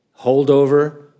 holdover